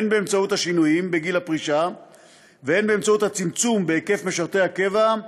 הן באמצעות השינויים בגיל הפרישה והן באמצעות הצמצום בהיקף משרתי הקבע,